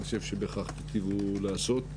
אני חושב שבכך תיטיבו לעשות.